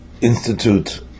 institute